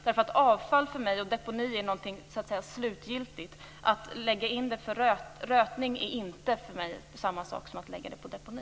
Avfall och deponi är för mig något slutgiltigt, men att lägga det biologiskt nedbrytbara avfallet för rötning är inte detsamma som att lägga det på deponi.